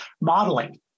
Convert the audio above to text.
modeling